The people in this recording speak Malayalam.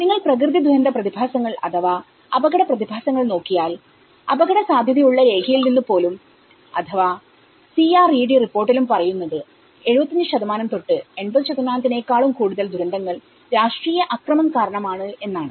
നിങ്ങൾ പ്രകൃതി ദുരന്ത പ്രതിഭാസങ്ങൾ അഥവാ അപകട പ്രതിഭാസങ്ങൾ നോക്കിയാൽഅപകട സാധ്യത ഉള്ള രേഖയിൽ നിന്ന് പോലും അഥവാ CRED റിപ്പോർട്ടിലും പറയുന്നത് 75 to 80 നേക്കാളും കൂടുതൽ ദുരന്തങ്ങൾ രാഷ്ട്രീയ അക്രമം കാരണമാണ് എന്നാണ്